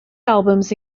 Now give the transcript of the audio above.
albums